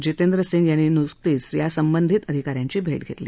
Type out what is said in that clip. जितेंद्र सिंग यांनी नुकतीच यासंबंधीत अधिका यांची बैठक घेतली